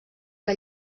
que